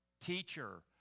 Teacher